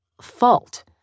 Fault